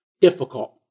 Difficult